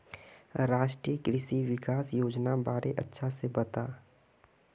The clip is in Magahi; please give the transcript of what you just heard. राष्ट्रीय कृषि विकास योजनार बारे अच्छा से बता